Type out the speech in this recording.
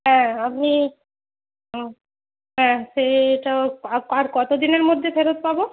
হ্যাঁ আপনি হুম হ্যাঁ সেটাও আর আর কত দিনের মধ্যে ফেরত পাব